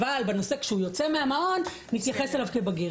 אבל כשהוא יוצא מהמעון נתייחס אליו כבגיר.